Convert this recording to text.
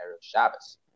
Shabbos